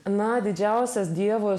na didžiausias dievo